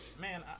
man